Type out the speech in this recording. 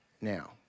Now